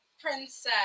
princess